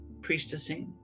priestessing